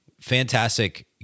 Fantastic